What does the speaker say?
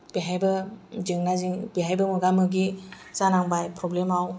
बेहायबो जेंना जेंसि बेहायबो मोगा मोगि जानांबाय प्रब्लेमाव